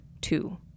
two